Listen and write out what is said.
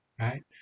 right